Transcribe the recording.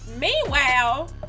Meanwhile